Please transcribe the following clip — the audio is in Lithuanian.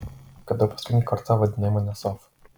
kada paskutinį kartą vadinai mane sof